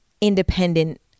independent